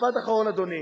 משפט אחרון, אדוני.